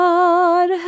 God